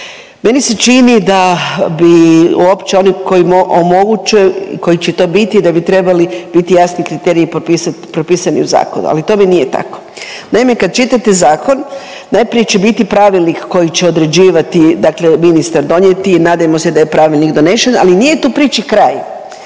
Meni se čini da bi uopće oni koji omoguće koji će to biti, da bi trebali biti jasni kriteriji propisani u zakonu, ali tome nije tako. Naime, kada čitate zakon, najprije će biti pravilnik koji će određivat dakle ministar donijeti i nadajmo se da je pravilnik donešen, ali nije tu priči kraj.